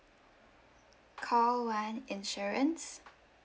call one insurance